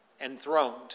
enthroned